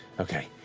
okay.